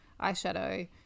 eyeshadow